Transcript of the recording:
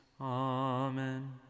Amen